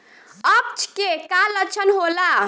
अपच के का लक्षण होला?